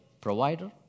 provider